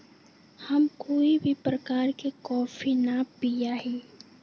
हम कोई भी प्रकार के कॉफी ना पीया ही